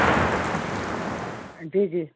हा जी जी